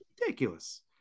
ridiculous